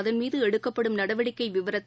அதன் மீகுஎடுக்கப்படும் நடவடிக்கைவிவரத்தை